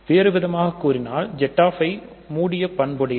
வேறுவிதமாக கூறினால் Zi மூடிய பண்புடையது